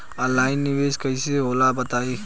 Online निवेस कइसे होला बताईं?